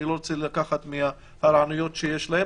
ואני לא רוצה לקחת מהרעיונות שיש להם,